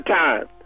time